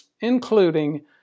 including